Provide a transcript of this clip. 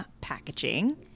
packaging